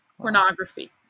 pornography